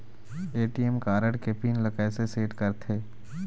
ATM card के PIN ला कैसे सेट करथे?